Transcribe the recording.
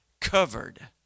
covered